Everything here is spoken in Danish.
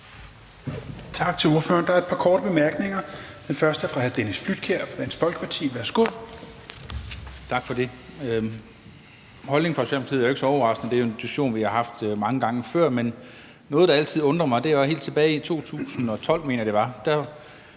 Tak til ordføreren. Der er et par korte bemærkninger. Den første er fra hr. Dennis Flydtkjær, Dansk Folkeparti. Værsgo.